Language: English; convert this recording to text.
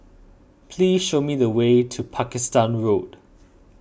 please show me the way to Pakistan Road